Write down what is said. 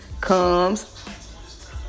comes